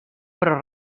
però